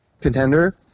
contender